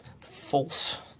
false